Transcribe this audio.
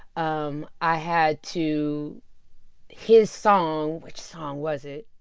um i had to his song which song was it?